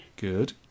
Good